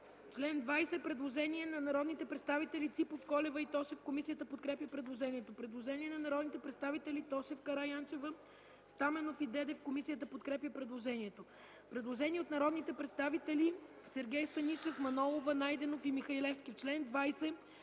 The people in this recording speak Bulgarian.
ФИДОСОВА: Предложение на народните представители Ципов, Колева и Тошев за чл. 15. Комисията подкрепя предложението. Предложение на народните представители Тошев, Караянчева и Дедев. Комисията подкрепя предложението. Предложение от народните представители Станишев, Манолова, Найденов и Михалевски: „В чл.